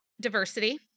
diversity